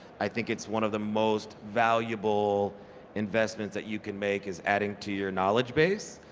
i think it's one of the most valuable investments that you can make is adding to your knowledge base.